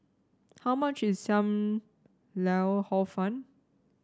how much is Sam Lau Hor Fun